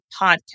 podcast